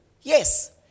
Yes